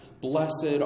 blessed